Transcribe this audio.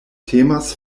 temas